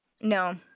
No